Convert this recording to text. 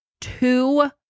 two